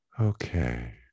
Okay